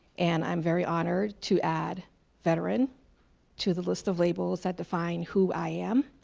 and i'm very honored to add veteran to the list of labels that define who i am.